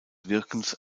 wirkens